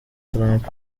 trump